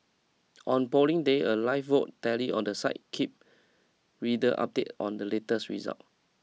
on Polling Day a live vote tally on the site keep reader update on the latest results